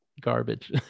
garbage